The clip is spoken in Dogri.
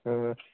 होर